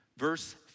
Verse